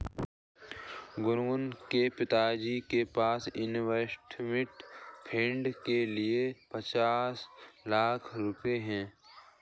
गुनगुन के पिताजी के पास इंवेस्टमेंट फ़ंड के लिए पचास लाख रुपए है